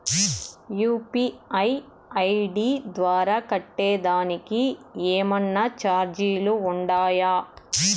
UPI ID ద్వారా కట్టేదానికి ఏమన్నా చార్జీలు ఉండాయా?